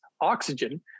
oxygen